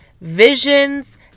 visions